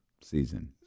season